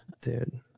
Dude